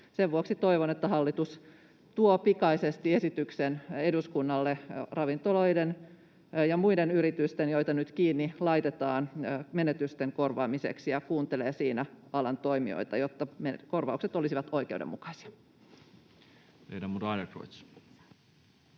Sen vuoksi toivon, että hallitus tuo pikaisesti esityksen eduskunnalle ravintoloiden ja muiden yritysten, joita nyt kiinni laitetaan, menetysten korvaamiseksi ja kuuntelee siinä alan toimijoita, jotta ne korvaukset olisivat oikeudenmukaisia.